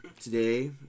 today